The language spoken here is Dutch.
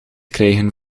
krijgen